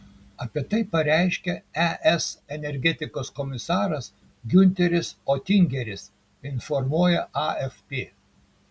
apie tai pareiškė es energetikos komisaras giunteris otingeris informuoja afp